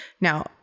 Now